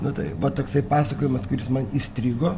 nu tai va toksai pasakojimas kuris man įstrigo